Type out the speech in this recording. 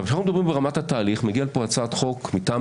כאשר אנחנו מדברים ברמת התהליך מגיעה לכאן הצעת חוק מטעם